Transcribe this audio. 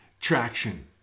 traction